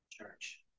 Church